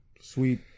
Sweet